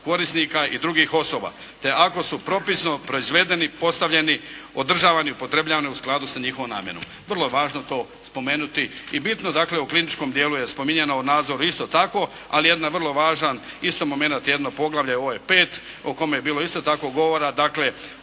korisnika i drugih osoba. Te ako su propisno proizvedeni, podstavljeni, održavani u skladu sa njihovom namjenom. Vrlo je važno to spomenuti. I bitno dakle, u kliničkom dijelu je spominjano u nadzoru isto tako. Ali jedan vrlo važan isto momenat, jedno poglavlje ovo je V. o kome je bilo isto tako govora, dakle,